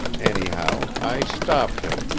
anyhow, i stopped him,